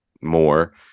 more